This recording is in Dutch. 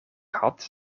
had